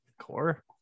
Core